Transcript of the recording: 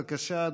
בבקשה,